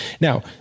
Now